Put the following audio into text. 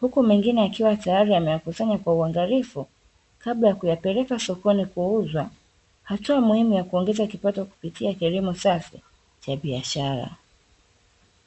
huku mengine yakiwa tyari ameyakusanya kwa uangaliafu kabla ajayapeleka sokoni kuuzwa, hatua muhimu ya kuongeza kipato kupitia kilimo safi cha biashara.